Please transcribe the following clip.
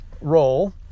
role